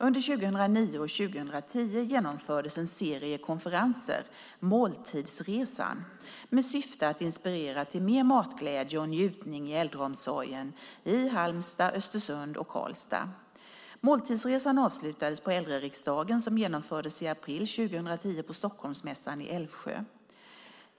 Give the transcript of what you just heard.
Under 2009 och 2010 genomfördes en serie konferenser - Måltidsresan - med syfte att inspirera till mer matglädje och njutning i äldreomsorgen i Halmstad, Östersund och Karlstad. Måltidsresan avslutades på Äldreriksdagen som genomfördes i april 2010 på Stockholmsmässan i Älvsjö.